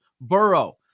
Burrow